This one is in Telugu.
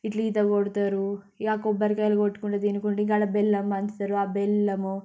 ఇట్లా ఈత కొడతారు ఇక కొబ్బరికాయలు కొట్టుకుంటూ తినుకుంటూ ఇంకా ఆడ బెల్లం పంచుతారు బెల్లము